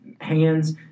hands